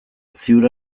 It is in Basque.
ziur